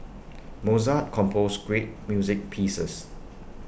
Mozart composed great music pieces